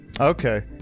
Okay